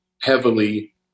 heavily